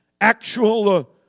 actual